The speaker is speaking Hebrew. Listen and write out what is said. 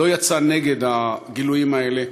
לא יצא נגד הגילויים האלה,